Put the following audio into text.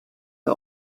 bei